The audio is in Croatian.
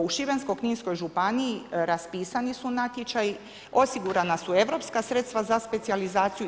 U Šibensko-kninskoj županiji raspisani su natječaji, osigurana su europska sredstva za specijalizaciju.